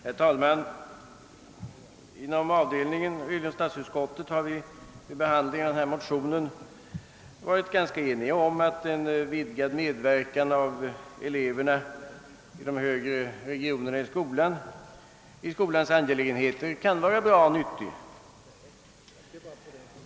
Herr talman! Vi har inom statsutskottet vid behandlingen av denna motion varit ganska eniga om att en vidgad medverkan av eleverna i skolans högre regioner beträffande skolans angelägenheter kan vara nyttig.